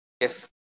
Yes